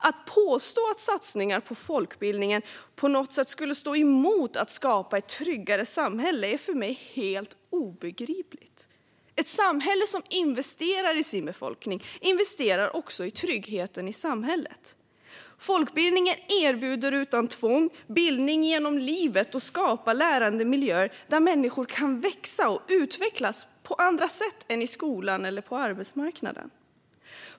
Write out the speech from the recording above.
Att påstå att satsningar på folkbildningen på något sätt skulle stå emot att skapa ett tryggare samhälle är för mig helt obegripligt. Ett samhälle som investerar i sin befolkning investerar också i tryggheten i samhället. Folkbildningen erbjuder, utan tvång, bildning genom livet och skapar lärandemiljöer där människor kan växa och utvecklas på andra sätt än i skolan eller på arbetsmarknaden.